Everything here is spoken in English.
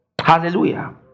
Hallelujah